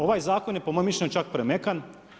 Ovaj Zakon je po mom mišljenju čak premekan.